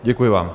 Děkuji vám.